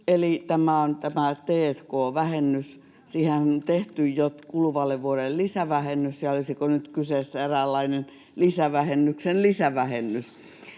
on tämä t&k-vähennys. Siihenhän on tehty jo kuluvalle vuodelle lisävähennys, ja olisiko nyt kyseessä eräänlainen lisävähennyksen lisävähennys.